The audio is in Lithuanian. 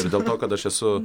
ir dėl to kad aš esu